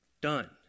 Done